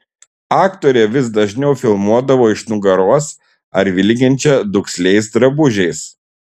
aktorę vis dažniau filmuodavo iš nugaros ar vilkinčią duksliais drabužiais